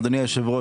אדוני היושב-ראש,